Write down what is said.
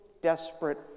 desperate